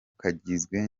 kagizwe